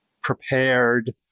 prepared